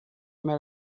mal